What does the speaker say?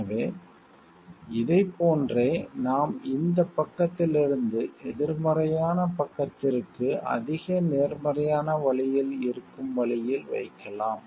எனவே இதைப் போன்றே நாம் இந்த பக்கத்திலிருந்து எதிர்மறையான பக்கத்திற்கு அதிக நேர்மறையான வழியில் இருக்கும் வழியில் வைக்கலாம்